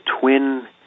twin